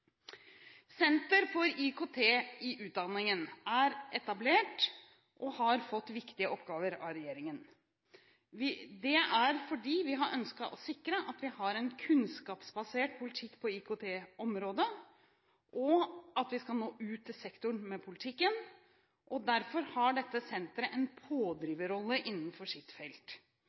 Senter for IKT i utdanningen er etablert og har fått viktige oppgaver av regjeringen. Det er fordi vi har ønsket å sikre at vi har en kunnskapsbasert politikk på IKT-området, og at vi skal nå ut til sektoren med politikken. Derfor har dette senteret en pådriverrolle innenfor sitt felt.